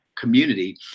community